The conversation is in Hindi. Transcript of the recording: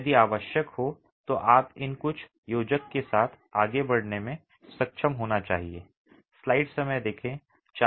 यदि आवश्यक हो तो आप इन कुछ योजक के साथ आगे बढ़ने में सक्षम होना चाहिए